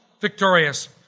victorious